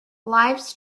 lifes